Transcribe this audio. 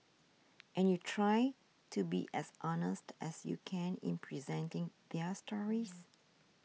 and you try to be as honest as you can in presenting their stories